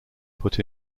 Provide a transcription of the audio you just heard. put